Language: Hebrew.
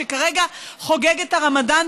שכרגע חוגג את הרמדאן,